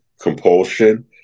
compulsion